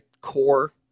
core